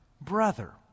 brother